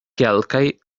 kelkaj